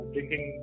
Drinking